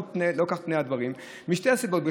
לא כך הם פני הדברים, משתי סיבות.